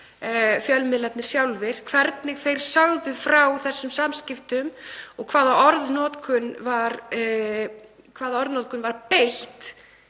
fjölmiðlarnir sjálfir, hvernig þeir sögðu frá þeim samskiptum og hvaða orðanotkun var beitt